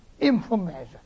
information